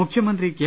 മുഖ്യമന്ത്രി കെ